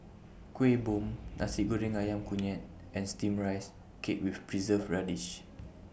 Kueh Bom Nasi Goreng Ayam Kunyit and Steamed Rice Cake with Preserved Radish